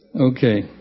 Okay